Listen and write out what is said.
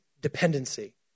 dependency